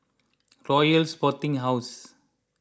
Royal Sporting House